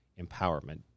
empowerment